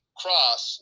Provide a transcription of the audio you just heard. cross